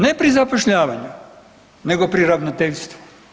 Ne pri zapošljavanju, nego pri ravnateljstvu.